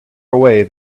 away